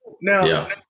Now